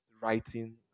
Writing